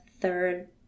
third